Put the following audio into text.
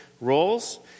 roles